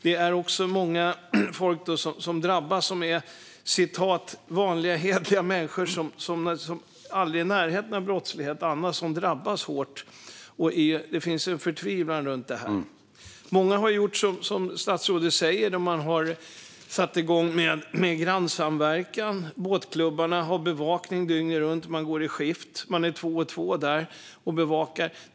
Det är många som drabbas som är så kallade vanliga hederliga människor som aldrig är i närheten av brottslighet annars. De drabbas hårt. Det finns en förtvivlan runt det här. Många har gjort som statsrådet säger. De har satt igång med grannsamverkan. Båtklubbarna har bevakning dygnet runt. Man går i skift två och två och bevakar.